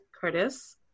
Curtis